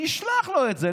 אני אשלח לו את זה,